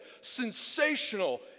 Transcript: sensational